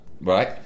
right